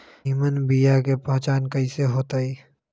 निमन बीया के पहचान कईसे होतई?